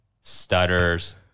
stutters